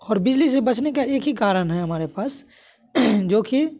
और बिजली से बचने का एक ही कारण है हमारे पास जो की